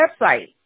website